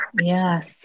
Yes